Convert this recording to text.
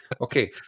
Okay